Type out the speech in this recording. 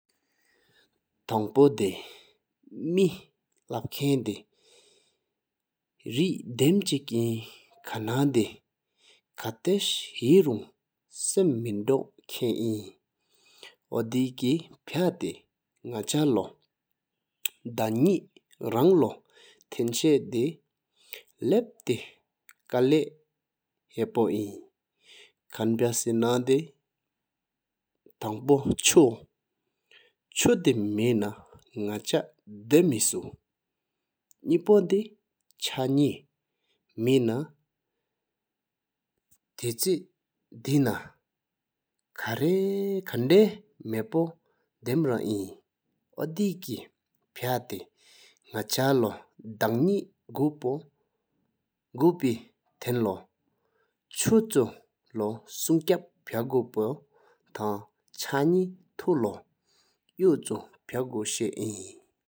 ཐང་པོ་མེ་ལབ་ཁང་དེ་རེ་དམ་གཅིག་ཨིན་ཧ་ན་དེ་ཁ་ཏས་ཧེ་རུང་སམ་མེན་དོང་ཁང་ཨིན། ཨོ་དེ་སྐེ་ཕ་ཏེ་ནག་ཆ་ལོ་དང་ནེ་རང་ལོ་ཐང་ཤེ་་དེ་ལབ་ཏེ་རང་ཀལ་ལེ་ཧ་པོ་ཨིན། ཁང་པ་སེ་ན་དེ་ཐང་པོ་བཅུ་ བཅུ་དེ་མེན་ན་ནག་ཆ་ད་མེ་སུ། ནི་པོ་དེ་ཆ་ནེ་མེན་ཐ་ཏེ་ཐེ་ན་ཁང་ད་མ་པོ་དམ་རང་ཨིན། ཨོ་དེ་སྐེ་ཕ་ཏེ་ནག་ཆ་ལོ་དང་མེ་ གོ་པེ་ཐང་ལོ་བཅུ་དེ་ བཅུ་ལོ་སུང་ཀཔ་ཕ་གོ་ཤ་འིན།